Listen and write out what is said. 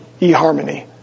eHarmony